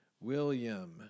William